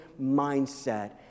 mindset